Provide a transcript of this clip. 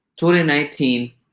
2019